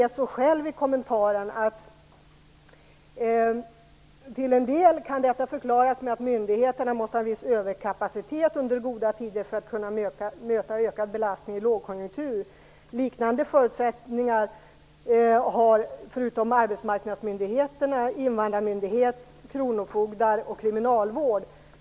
ESO säger själv i kommentaren: Till en del kan detta förklaras med att myndigheterna måste ha viss överkapacitet under goda tider för att kunna möta ökad belastning i lågkonjunktur. Liknande förutsättningar har, förutom arbetsmarknadsmyndigheterna, invandrarmyndighet, kronofogdar och kriminalvård.